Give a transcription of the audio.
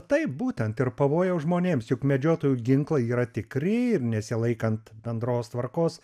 taip būtent ir pavojaus žmonėms juk medžiotojų ginklai yra tikri ir nesilaikant bendros tvarkos